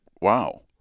wow